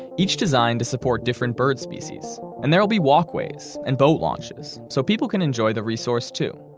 each designed to support different bird species. and there'll be walkways and boat launches, so people can enjoy the resource too.